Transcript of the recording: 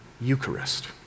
Eucharist